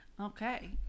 Okay